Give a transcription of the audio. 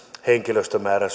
henkilöstömäärään